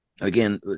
Again